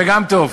זה גם טוב,